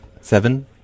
Seven